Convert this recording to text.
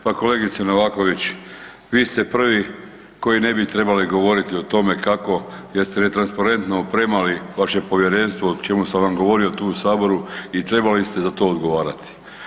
Pa kolegice Novaković, vi ste prvi koji ne bi trebali govoriti o tome kako ste transparentno opremali vaše povjerenstvo o čemu sam vam govorio tu u Saboru i trebali ste za to odgovarati.